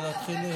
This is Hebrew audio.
אני יכול להתחיל?